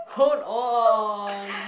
hold on